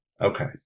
Okay